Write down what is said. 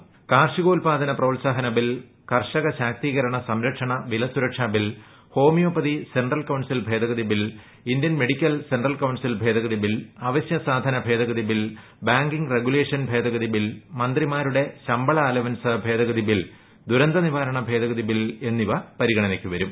ക്ലാർഷികോത്പാദന പ്രോത്സാഹന ബിൽ കർഷക ശാക്തീകര്യ്ക്ക് സ്ട്രക്ഷണ വില സുരക്ഷാ ബിൽ ഹോമിയോപ്പതി സെൻട്രൽ കൌൺസിൽ ഭേദഗതി bill Indian medical central council ഭേഗഗതി ബിൽ അവശ്യ സാധന ഭേദഗതി ബിൽ ബാങ്കിംഗ്ല് റെഗു്ലേഷൻ ഭേഗദതി ബിൽ മന്ത്രിമാരുടെ ശമ്പള അലവൻസ് ഭേദ്ഗതി ബിൽ ദുരന്ത നിവാരണ ഭേഗദതി ബിൽ എന്നിവ പരിഗണനയ്ക്ക് വരും